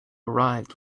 arrived